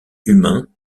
humains